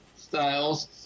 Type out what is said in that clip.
Styles